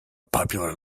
popular